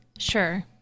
sure